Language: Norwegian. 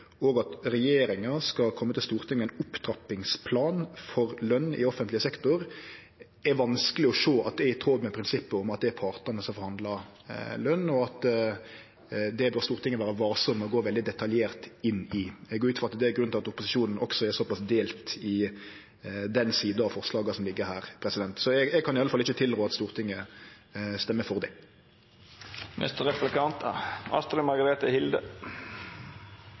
og at regjeringa skal kome til Stortinget med ein opptrappingsplan for løn i offentleg sektor, er vanskeleg å sjå er i tråd med prinsippet om at det er partane som forhandlar løn, og at det er noko Stortinget bør vere varsam med å gå veldig detaljert inn i. Eg går ut frå at det er grunnen til at opposisjonen også er så pass delt i den sida av forslaget som ligg her. Eg kan i alle fall ikkje tilrå at Stortinget stemmer for